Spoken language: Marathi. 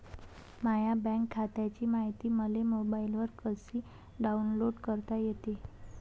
माह्या बँक खात्याची मायती मले मोबाईलवर कसी डाऊनलोड करता येते?